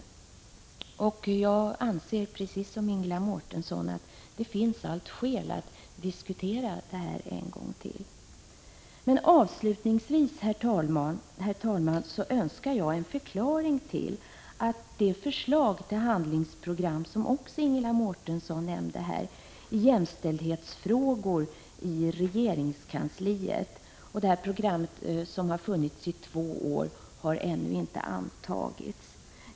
Precis som Ingela Mårtensson anser jag att det finns skäl att diskutera den frågan en gång till. Avslutningsvis, herr talman, önskar jag en förklaring till att förslaget till handlingsprogram — det nämnde Ingela Mårtensson också — i jämställdhetsfrågor i regeringskansliet ännu inte har antagits; det har funnits i två år nu.